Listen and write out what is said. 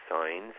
signs